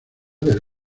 del